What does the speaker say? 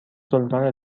سلطان